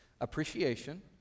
Appreciation